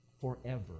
forever